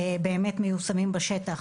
באמת מיושמים בשטח